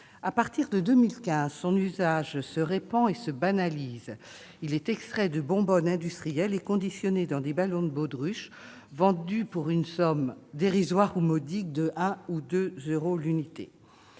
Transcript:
À partir de 2015, son usage se répand et se banalise. Il est extrait de bonbonnes industrielles et conditionné dans des ballons de baudruche vendus pour une somme modique de 1 à 2 euros l'unité.